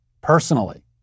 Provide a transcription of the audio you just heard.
personally